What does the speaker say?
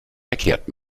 verkehrt